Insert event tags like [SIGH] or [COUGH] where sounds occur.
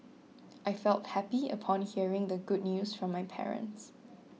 [NOISE] I felt happy upon hearing the good news from my parents